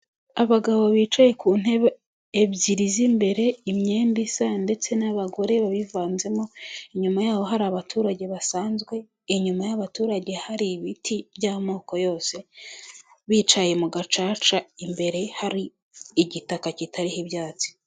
Abagabo bicaye ku ntebe ebyiri z'imbere imyenda isaya ndetse n'abagore bibivanzemo inyuma yaho hari abaturage basanzwe inyuma y'abaturage hari ibiti by'amoko yose bicaye mu gacaca imbere hari igitaka kitariho ibyatsi.